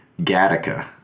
Gattaca